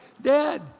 Dad